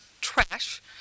trash